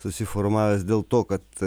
susiformavęs dėl to kad